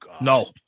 No